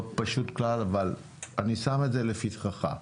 אבל אני שם את זה לפתחך.